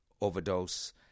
overdose